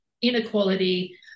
inequality